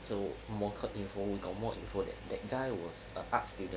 so more curt info we got more info that that guy was an arts student